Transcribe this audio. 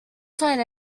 find